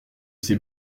ses